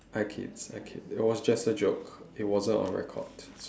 I kid I kid it was just a joke it wasn't on record